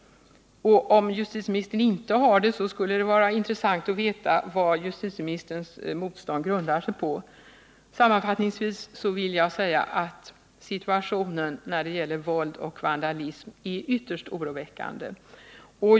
Om justitieministern inte har det, skulle det vara intressant att få veta vad justitieministerns motstånd grundar sig på. Sammanfattningsvis vill jag säga att situationen när det gäller våld och vandalism är ytterst oroväckande.